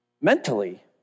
mentally